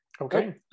Okay